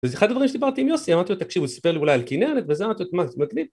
אז אחד הדברים שדיברתי עם יוסי, אמרתי לו תקשיב, הוא סיפר לי אולי על כנרת, וזה אמרתי לו, מה, זה מגניב?